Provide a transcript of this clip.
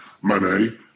money